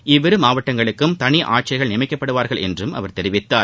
இவ்விரு மாவட்டங்களுக்கும் தனி ஆட்சியர்கள் நியமிக்கப்படுவார்கள் என்றும் அவா் தெரிவித்தார்